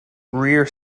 rear